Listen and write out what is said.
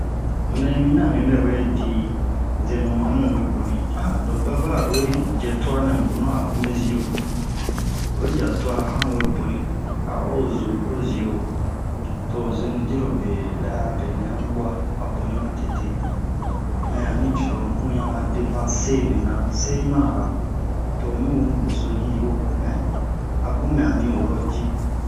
nunɛ yi mina ami bɛ we di zenu amu we boni lo baba aro we jɛ tua nɛ boni a o mi zio oyi ja tua ahan we boni a o ho zo o zio to o zenu dirobe bɛ a benɛ a bua a boni ma tete mɛ ani coro mu yan ma sebe na se'i mana a to omi wo mu beso ji ji'o mɛ abun mɛ ani woro ji